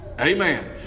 Amen